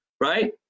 right